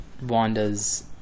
Wanda's